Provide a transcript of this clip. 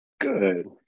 Good